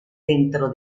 dentro